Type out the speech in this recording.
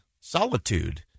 Solitude